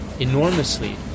enormously